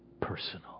personal